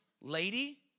lady